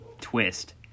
twist